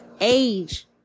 age